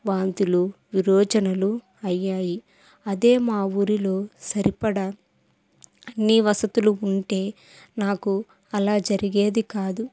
వాంతులు విరోచనాలు అయ్యాయి అదే మా ఊరిలో సరిపడ అన్ని వసతులు ఉంటే నాకు అలా జరిగేది కాదు